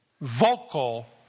vocal